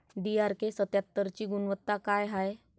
DRK सत्यात्तरची गुनवत्ता काय हाय?